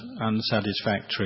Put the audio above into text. unsatisfactory